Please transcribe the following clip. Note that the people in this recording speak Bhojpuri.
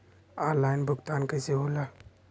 ऑनलाइन भुगतान कईसे होला?